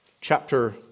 chapter